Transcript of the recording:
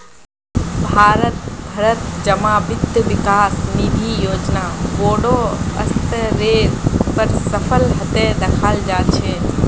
भारत भरत जमा वित्त विकास निधि योजना बोडो स्तरेर पर सफल हते दखाल जा छे